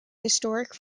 historic